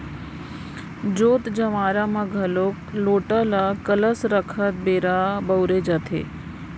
जोत जँवारा म घलोक लोटा ल कलस रखत बेरा बउरे जाथे